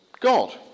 God